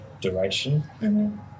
duration